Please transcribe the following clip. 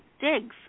digs